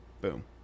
Boom